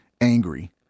angry